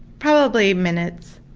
probably minutes.